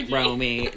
Romy